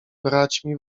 braćmi